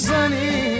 Sunny